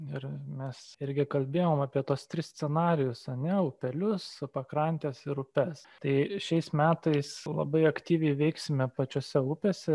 ir mes irgi kalbėjom apie tuos tris scenarijus ar ne upelius pakrantes ir upes tai šiais metais labai aktyviai veiksime pačiose upėse